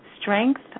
strength